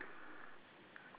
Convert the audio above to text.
dress